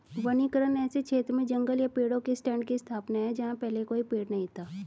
वनीकरण ऐसे क्षेत्र में जंगल या पेड़ों के स्टैंड की स्थापना है जहां पहले कोई पेड़ नहीं था